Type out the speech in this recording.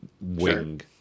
wing